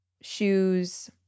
shoes